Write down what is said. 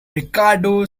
ricardo